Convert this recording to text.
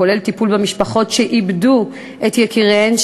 כולל טיפול במשפחות שאיבדו את יקיריהן,